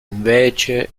invece